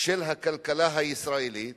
של הכלכלה הישראלית